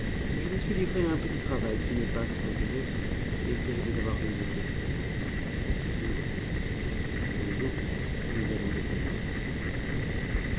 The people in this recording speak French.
je me suis livré à un petit travail qui n'est pas sans intérêt et que je vais avoir l'honneur de vous soumettre le voici si vous voulez bien nous allons l'examiner ensemble